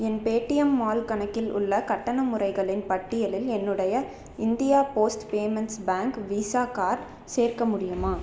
என் Paytm mall கணக்கில் உள்ள கட்டண முறைகளின் பட்டியலில் என்னுடைய India post payments bank Visa card சேர்க்க முடியுமா